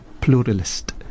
pluralist